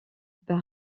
bas